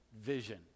vision